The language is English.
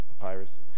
papyrus